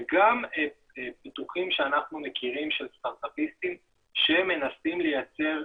וגם פיתוחים שאנחנו מכירים של סטארטאפיסטים שמנסים לייצר,